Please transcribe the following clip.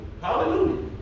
Hallelujah